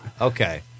Okay